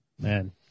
man